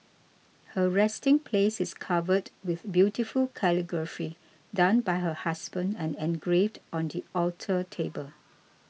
her resting place is covered with beautiful calligraphy done by her husband and engraved on the alter table